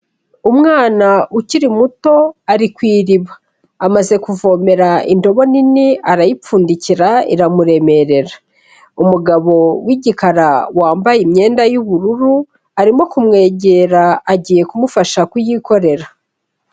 Umwana ukiri muto ari ku iriba. Amaze kuvomera indobo nini, arayipfundikira, iramuremerera. Umugabo w'igikara wambaye imyenda y'ubururu, arimo kumwegera agiye kumufasha kuyikorera.